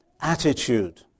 attitude